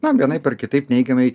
na vienaip ar kitaip neigiamai